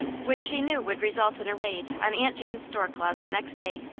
which she knew would result in a raid on aunt jane's store-closet next day.